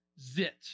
zit